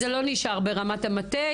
אז זה לא נשאר ברמת המטה,